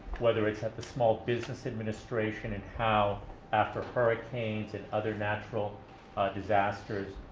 whether it's at the small business administration, and how, after hurricanes and other natural disasters,